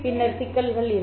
பின்னர் சிக்கல் இருக்கும்